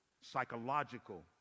psychological